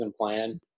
plan